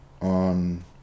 on